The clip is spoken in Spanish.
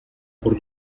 por